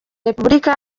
repubulika